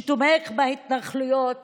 שתומך בהתנחלויות